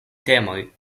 temoj